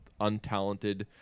untalented